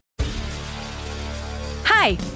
Hi